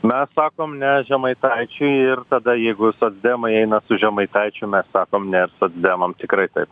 mes sakom ne žemaitaičiui ir tada jeigu socdemai eina su žemaitaičiu mes sakome ne socdemams tikrai taip